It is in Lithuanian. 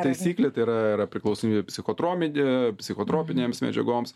taisyklė tai yra yra priklausomybė psichotromi psichotropinėms medžiagoms